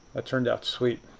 turned out sweet.